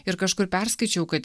ir kažkur perskaičiau kad